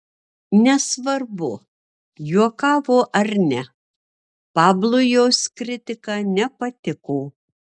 nesvarbu juokavo ar ne pablui jos kritika nepatiko